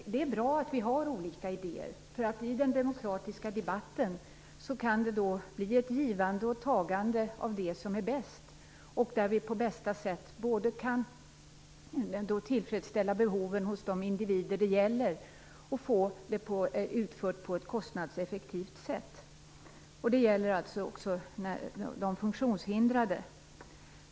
Det är bra att vi har olika idéer, därför att i den demokratiska debatten kan det bli ett givande och ett tagande av det som är bäst, där vi på bästa sätt både kan tillfredsställa behoven hos de individer det gäller och få det utfört på ett kostnadseffektivt sätt. Det gäller också de funktionshindrade.